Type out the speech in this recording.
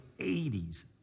80s